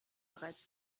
bereits